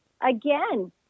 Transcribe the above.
again